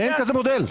אין כזה מודל.